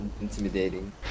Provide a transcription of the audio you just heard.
intimidating